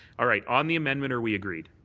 all right. on the amendment, are we agreed?